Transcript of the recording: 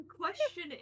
question